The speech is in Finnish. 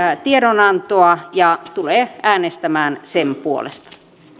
tiedonantoa ja tulee äänestämään sen puolesta